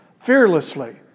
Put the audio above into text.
fearlessly